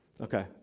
Okay